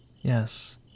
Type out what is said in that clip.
Yes